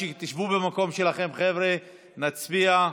תשבו במקום שלכם, חבר'ה, נצביע.